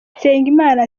nsengimana